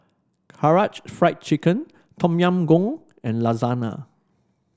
Karaage Fried Chicken Tom Yam Goong and Lasagna